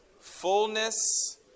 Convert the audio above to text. Fullness